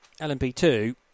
LMP2